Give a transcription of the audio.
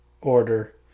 order